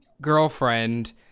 girlfriend